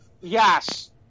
Yes